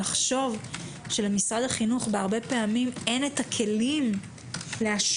לחשוב שלמשרד החינוך הרבה פעמים אין את הכלים להשעות,